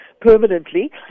permanently